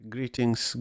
Greetings